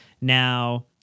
now